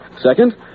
Second